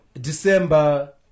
December